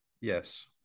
Yes